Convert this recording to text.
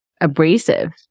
abrasive